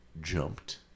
jumped